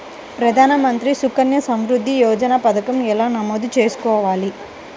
ప్రధాన మంత్రి సుకన్య సంవృద్ధి యోజన పథకం ఎలా నమోదు చేసుకోవాలీ?